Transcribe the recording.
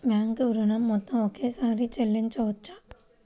Bank ఋణం మొత్తము ఒకేసారి చెల్లించవచ్చా?